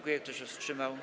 Kto się wstrzymał?